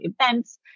events